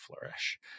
flourish